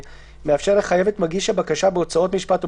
שמאפשר לחייב את מגיש הבקשה בהוצאות משפט או